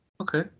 okay